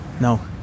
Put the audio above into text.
No